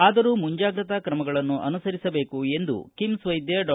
ಆದರೂ ಮುಂಜಾಗ್ರತಾ ಕ್ರಮಗಳನ್ನು ಅನುಸರಿಸಬೇಕು ಎಂದು ಕಿಮ್ಸ್ ವೈದ್ಯ ಡಾ